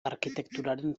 arkitekturaren